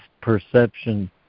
perception